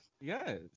Yes